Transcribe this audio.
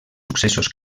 successos